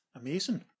Amazing